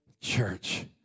church